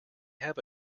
have